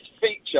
feature